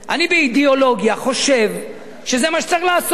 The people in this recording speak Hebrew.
אני באידיאולוגיה חושב שזה מה שצריך לעשות.